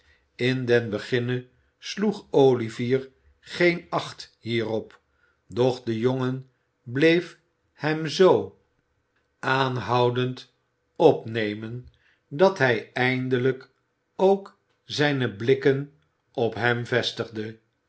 in den beginne sloeg olivier geen acht hierop doch de jongen bleef hem zoo aanhoudend opnemen dat hij eindelijk ook zijne blikken op hem vestigde